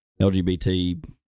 LGBT